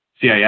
CIS